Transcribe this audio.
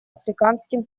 африканским